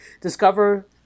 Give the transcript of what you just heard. discover